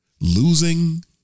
losing